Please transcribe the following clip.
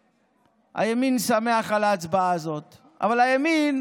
הימין שמח על ההצבעה הזאת, אבל הימין